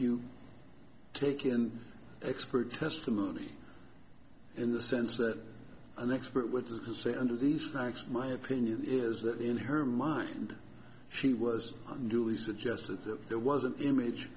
you take him expert testimony in the sense that an expert witness to say under these knives my opinion is that in her mind she was unduly suggested that there was an image